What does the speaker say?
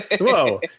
Whoa